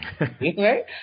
right